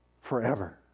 forever